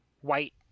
white